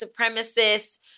supremacists